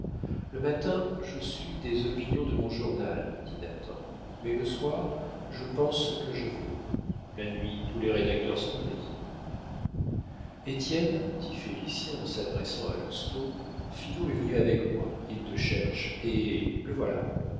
le matin je suis des opinions de mon journal dit nathan mais le soir je pense ce que je veux la nuit tous les rédacteurs sont gris étienne dit félicien en s'adressant à lousteau finot est venu avec moi il te cherche et le voilà